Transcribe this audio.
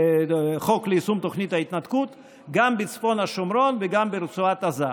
החוק ליישום תוכנית ההתנתקות גם בצפון השומרון וגם ברצועת עזה.